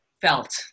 felt